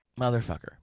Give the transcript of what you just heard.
Motherfucker